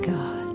God